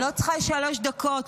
אני לא צריכה שלוש דקות,